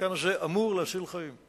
המתקן הזה אמור להציל חיים.